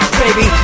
baby